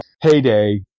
heyday